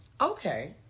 okay